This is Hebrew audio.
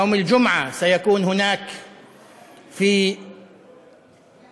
ביום שישי תתקיים שם